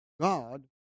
God